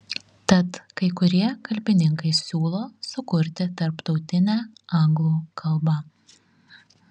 tad kai kurie kalbininkai siūlo sukurti tarptautinę anglų kalbą